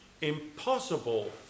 impossible